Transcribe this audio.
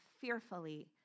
fearfully